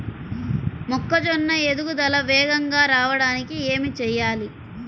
మొక్కజోన్న ఎదుగుదల వేగంగా రావడానికి ఏమి చెయ్యాలి?